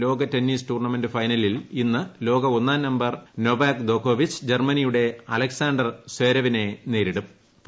ലോക tennis tournament ഫൈനലിൽ ഇന്ന് ലോക ഒന്നാം നമ്പർ നൊവാക്ക് ്ദോക്കോവിച് ജർമ്മനിയുടെ അലക്സാണ്ടർ സ്വേരവിനെ നേരിടൂം